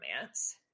romance